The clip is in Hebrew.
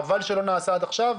חבל שלא נעשה עד עכשיו,